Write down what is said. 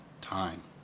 time